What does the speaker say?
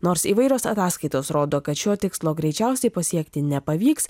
nors įvairios ataskaitos rodo kad šio tikslo greičiausiai pasiekti nepavyks